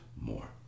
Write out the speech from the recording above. more